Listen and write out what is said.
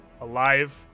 alive